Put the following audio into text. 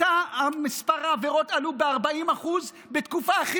מספר העבירות עלה ב-40% בתקופה הכי